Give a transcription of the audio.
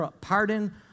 pardon